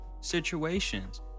situations